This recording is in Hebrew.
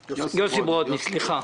ברודני, בבקשה.